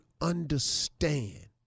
understand